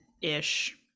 ish